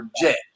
jet